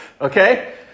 okay